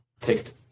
picked